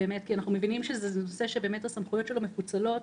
כי אנחנו מבינים שזה נושא שהסמכויות שלו מפוצלות